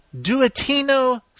Duettino